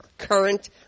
current